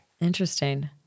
Interesting